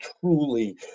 truly